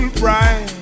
bright